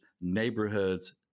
neighborhoods